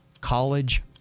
College